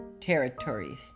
territories